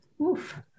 Oof